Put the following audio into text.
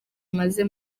maze